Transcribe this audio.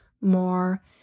more